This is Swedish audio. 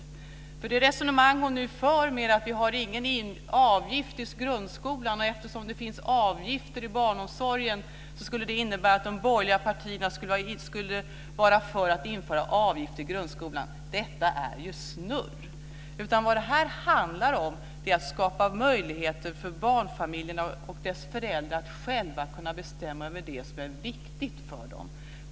Hon för nu ett resonemang om att vi inte har någon avgift i grundskolan och eftersom det finns avgifter i barnomsorgen skulle det innebära att de borgerliga partierna skulle vara för att införa avgift i grundskolan. Detta är ju snurr. Vad det här handlar om är att skapa möjligheter för barnen och deras familjer att själva kunna bestämma över det som är viktigt för dem.